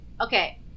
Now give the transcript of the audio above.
Okay